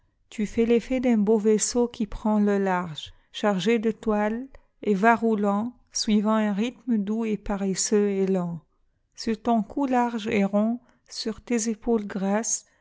tu fais l'effet d'un beau vaisseau qui prend le large chargé de toile et va roulantsuivant un rhythme doux et paresseux et lent sur ton cou large et rond sur tes épaules grasses